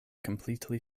completely